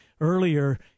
earlier